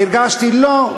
אגב, אתה, לא.